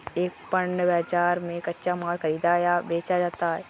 एक पण्य बाजार में कच्चा माल खरीदा या बेचा जाता है